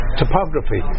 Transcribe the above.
topography